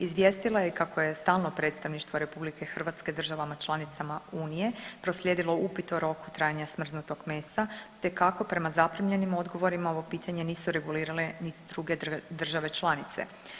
Izvijestila je i kako je stalno predstavništvo RH državama članicama Unije proslijedila upit o roku trajanja smrznutog mesa te kako prema zaprimljenim odgovorima ovo pitanje nisu regulirane niti druge države članice.